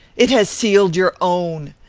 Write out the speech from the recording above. it has sealed your own.